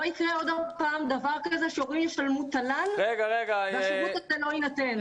לא יקרה עוד פעם דבר כזה שהורים ישלמו תל"ן והשירות הזה לא יינתן.